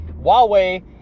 Huawei